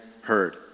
heard